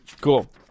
Cool